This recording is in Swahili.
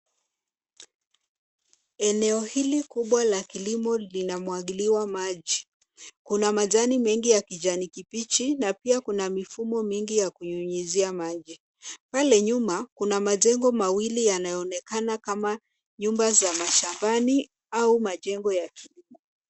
Eneo hili kubwa la kilimo linamwagiliwa maji. Kuna majani mengi ya kijani kibichi na pia kuna mifumo mingi ya kunyunyizia maji. Pale nyuma kuna majengo mawili yanayoonekana kama nyumba za mashambani au majengo.